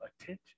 attention